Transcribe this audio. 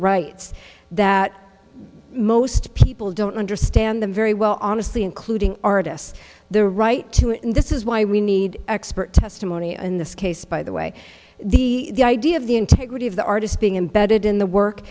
rights that most people don't understand them very well honestly including artists the right to it and this is why we need expert testimony in this case by the way the idea of the integrity of the artist being embedded in the work